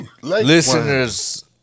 listeners